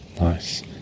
Nice